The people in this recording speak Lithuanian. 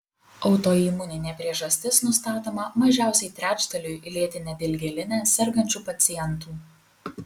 autoimuninė priežastis nustatoma mažiausiai trečdaliui lėtine dilgėline sergančių pacientų